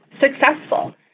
successful